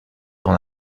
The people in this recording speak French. dans